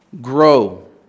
grow